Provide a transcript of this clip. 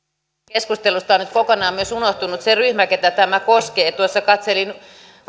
keskustelusta on nyt kokonaan myös unohtunut se ryhmä ketä tämä koskee katselin